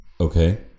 Okay